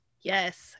Yes